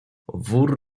wór